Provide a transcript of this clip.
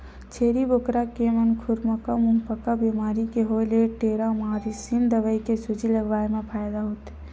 छेरी बोकरा के म खुरपका मुंहपका बेमारी के होय ले टेरामारसिन दवई के सूजी लगवाए मा फायदा होथे